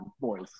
boys